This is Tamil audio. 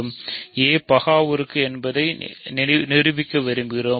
a பகா உறுப்பு என்பதை நிரூபிக்க விரும்புகிறோம்